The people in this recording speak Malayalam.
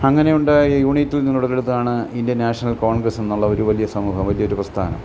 അങ്ങനെയുണ്ടായ യൂണിറ്റിൽ നിന്നു ഉടലെടുത്തതാണ് ഇന്ത്യൻ നാഷണൽ കോൺഗ്രസ് എന്നുള്ള ഒരു വലിയ സമൂഹം വലിയ ഒരു പ്രസ്ഥാനം